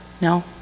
No